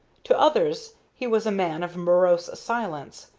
to others he was a man of morose silence,